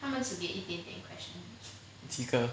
几个